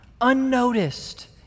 unnoticed